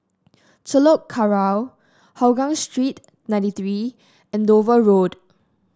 Telok Kurau Hougang Street ninety three Andover Road